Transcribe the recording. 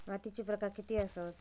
मातीचे प्रकार किती आसत?